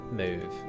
move